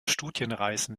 studienreisen